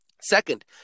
Second